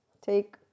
take